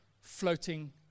floating